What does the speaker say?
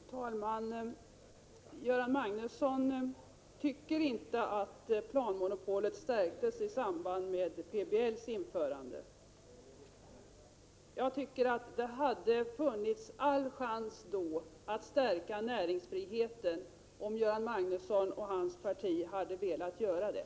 Herr talman! Göran Magnusson tycker inte att planmonopolet stärktes i samband med PBL:s införande. Jag tycker att det hade funnits stor chans då i 55 att stärka näringsfriheten, om Göran Magnusson och hans parti hade velat göra det.